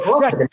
Right